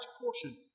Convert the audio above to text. portion